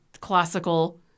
classical